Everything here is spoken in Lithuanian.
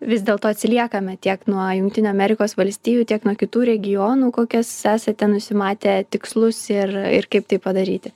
vis dėlto atsiliekame tiek nuo jungtinių amerikos valstijų tiek nuo kitų regionų kokius esate nusimatę tikslus ir ir kaip tai padaryti